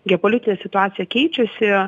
geopolitinė situacija keičiasi